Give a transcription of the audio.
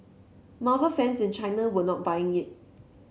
marvel fans in China were not buying it